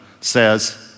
says